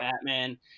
Batman